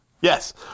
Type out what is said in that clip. Yes